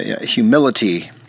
humility